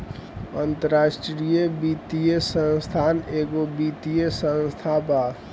अन्तराष्ट्रिय वित्तीय संस्था एगो वित्तीय संस्था बा